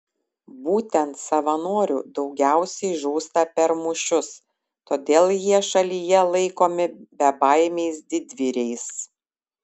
būtent savanorių daugiausiai žūsta per mūšius todėl jie šalyje laikomi bebaimiais didvyriais